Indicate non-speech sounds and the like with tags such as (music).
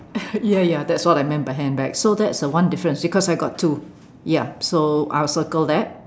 (laughs) ya ya that's what I meant by handbags so that's the one difference because I got two ya so I'll circle that